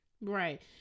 right